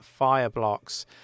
Fireblocks